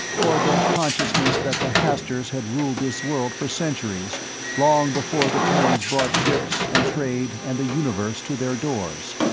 or the consciousness that the hasturs had ruled this world for centuries long before the terrans brought ships and trade and the universe to their doors.